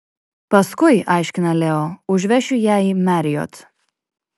paskui aiškina leo užvešiu ją į marriott